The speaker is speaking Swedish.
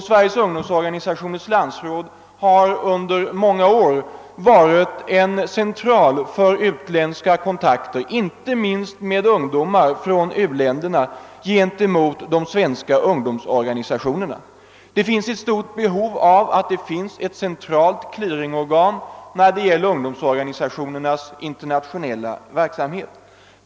Under många år har landsrådet varit en central för utländska kontakter, inte minst då kontakterna mellan ungdomar från u-länderna och de svenska ungdomsorganisationerna. Det föreligger stort behov av ett centralt clearingorgan för denna ungdomsorganisationernas internationella verksamhet.